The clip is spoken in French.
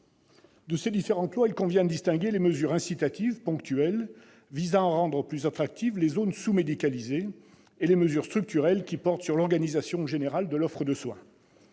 De ces différentes lois, il convient de distinguer les mesures incitatives et ponctuelles, visant à rendre plus attractives les zones sous-médicalisées, des mesures structurelles, qui portent sur l'organisation générale de l'offre de soins.